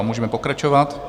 Můžeme pokračovat.